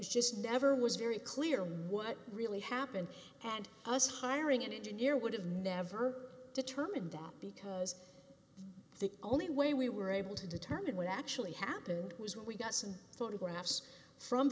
was just never was very clear what really happened and us hiring it in gear would have never determined that because the only way we were able to determine what actually happened was when we got some photographs from